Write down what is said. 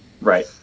Right